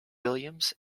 williams